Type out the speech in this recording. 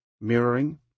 mirroring